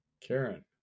Karen